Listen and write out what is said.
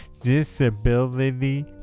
disability